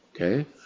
Okay